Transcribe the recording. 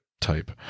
type